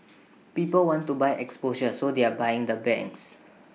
people want to buy exposure so they're buying the banks